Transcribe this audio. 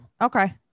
okay